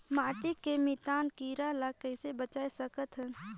माटी के मितान कीरा ल कइसे बचाय सकत हन?